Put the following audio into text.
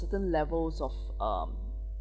certain levels of um